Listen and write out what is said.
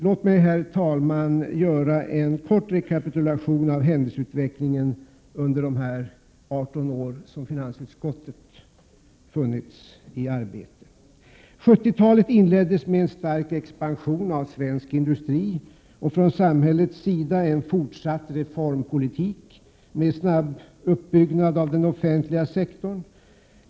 Låt mig, herr talman, göra en kort rekapitulation av händelseutvecklingen under de 18 år som finansutskottet funnits i arbete. 1970-talet inleddes med en stark expansion av svensk industri och från samhällets sida en fortsatt reformpolitik med snabb uppbyggnad av den offentliga sektorn.